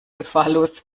gefahrlos